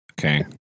Okay